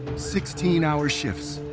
sixteen hour shifts,